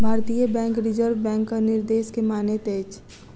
भारतीय बैंक रिजर्व बैंकक निर्देश के मानैत अछि